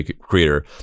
creator